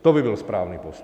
To by byl správný postup.